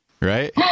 right